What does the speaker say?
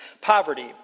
poverty